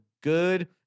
good